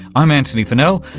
i'm antony funnell,